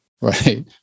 Right